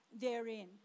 therein